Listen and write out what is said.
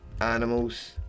animals